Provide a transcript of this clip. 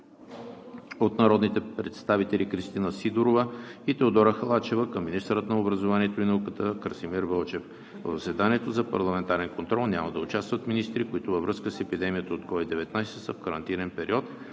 от народните представители Кристина Сидорова и Теодора Халачева към министъра на образованието и науката Красимир Вълчев. В заседанието за парламентарен контрол няма да участват министри, които във връзка с епидемията от COVID-19 са в карантинен период